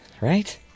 Right